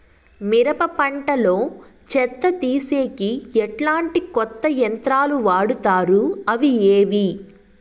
మిరప పంట లో చెత్త తీసేకి ఎట్లాంటి కొత్త యంత్రాలు వాడుతారు అవి ఏవి?